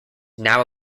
now